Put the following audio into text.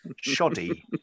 shoddy